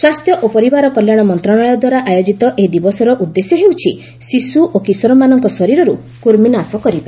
ସ୍ୱାସ୍ଥ୍ୟ ଓ ପରିବାର କଲ୍ୟାଣ ମନ୍ତ୍ରଶାଳୟ ଦ୍ୱାରା ଆୟୋଜିତ ଏହି ଦିବସର ଉଦ୍ଦେଶ୍ୟ ହେଉଛି ଶିଶ୍ର ଓ କିଶୋରମାନଙ୍କ ଶରୀରରୁ କୃମିନାଶ କରିବା